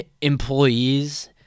employees